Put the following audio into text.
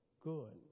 good